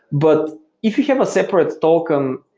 but if you have a separate token,